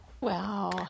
Wow